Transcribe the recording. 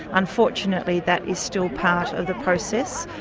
unfortunately that is still part of the process.